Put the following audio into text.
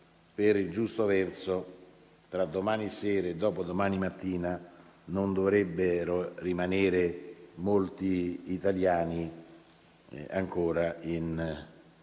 per il giusto verso, tra domani sera e dopodomani mattina non dovrebbero rimanere molti italiani ancora in Israele,